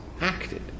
acted